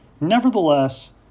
Nevertheless